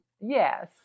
yes